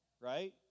right